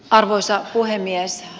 arvoisa puhemies